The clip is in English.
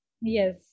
yes